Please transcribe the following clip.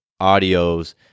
audios